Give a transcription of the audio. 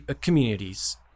communities